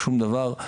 שום דבר.